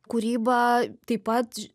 kūryba taip pat